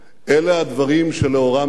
אלה הדברים שלאורם נלך,